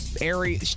area